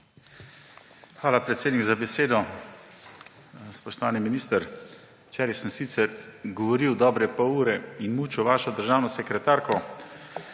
Hvala, predsednik, za besedo. Spoštovani minister! Včeraj sem sicer govoril dobre pol ure in mučil vašo državno sekretarko.